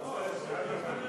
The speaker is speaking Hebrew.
לא, יש כנראה